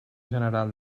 general